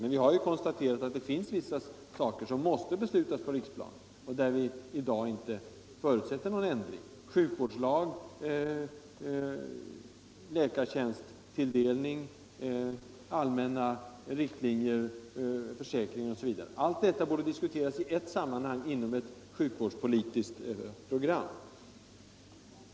Men vi har konstaterat att det finns vissa saker som måste beslutas på riksplanet och där vi i dag inte förutsätter någon ändring: sjukvårdslag, läkartjänsttilldelning, allmänna riktlinjer, försäkring osv. Allt detta borde diskuteras i ett sammanhang inom ett sjukvårdspolitiskt program.